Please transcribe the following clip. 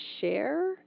share